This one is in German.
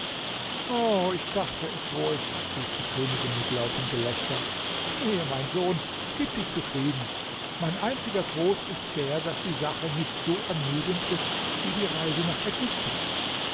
o ich dachte es wohl rief die königin mit lautem gelächter gehe mein sohn gib dich zufrieden mein einziger trost ist der daß die sache nicht so ermüdend ist wie die reise nach ägypten